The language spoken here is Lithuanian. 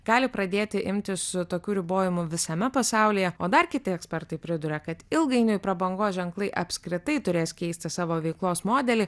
gali pradėti imtis tokių ribojimų visame pasaulyje o dar kiti ekspertai priduria kad ilgainiui prabangos ženklai apskritai turės keisti savo veiklos modelį